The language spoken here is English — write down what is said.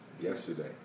yesterday